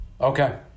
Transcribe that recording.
Okay